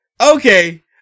Okay